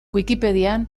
wikipedian